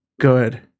good